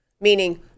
Meaning